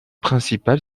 principal